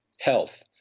health